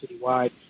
citywide